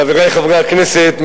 חברי חברי הכנסת,